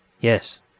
Yes